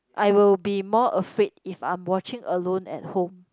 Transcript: I will be more afraid if I'm watching alone at home